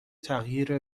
تغییر